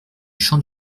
champ